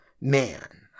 man